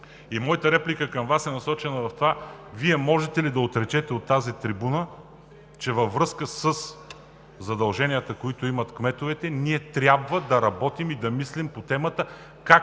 Моята реплика към Вас е насочена към това: Вие можете ли да отречете от тази трибуна, че във връзка със задълженията, които имат кметовете, ние трябва да работим и да мислим по темата как